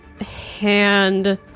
hand